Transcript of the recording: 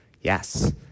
Yes